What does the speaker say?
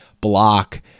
block